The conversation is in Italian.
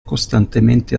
costantemente